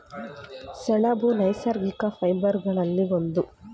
ಸೆಣಬು ನೈಸರ್ಗಿಕ ಫೈಬರ್ ಗಳಲ್ಲಿ ಒಂದು